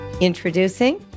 Introducing